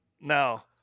Now